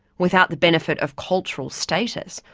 without the benefit of cultural status,